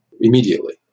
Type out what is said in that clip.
immediately